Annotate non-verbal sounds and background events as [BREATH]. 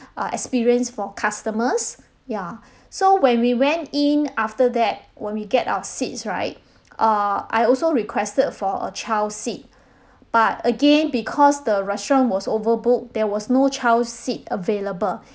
uh experience for customers ya [BREATH] so when we went in after that when we get our seats right [BREATH] err I also requested for a child seat [BREATH] but again because the restaurant was overbooked there was no child seat available [BREATH]